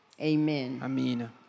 Amen